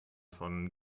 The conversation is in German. von